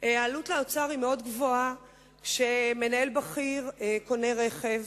שהעלות לאוצר מאוד גבוהה כשמנהל בכיר קונה רכב.